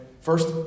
First